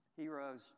heroes